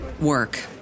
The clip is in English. work